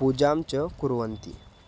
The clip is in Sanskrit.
पूजां च कुर्वन्ति